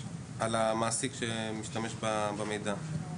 על המעסיק שמשתמש במידע.